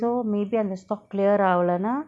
so maybe அந்த:andtha stock clear ஆவலன்னா:aavalanna